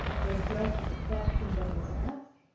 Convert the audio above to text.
they address the question that was asked,